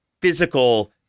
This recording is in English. physical